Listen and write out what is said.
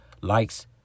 likes